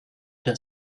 der